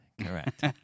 correct